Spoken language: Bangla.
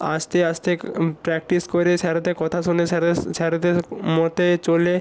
আস্তে আস্তে প্র্যাকটিস করে স্যারেদের কথা শুনে স্যারেদের মতে চলে